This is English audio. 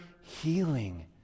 healing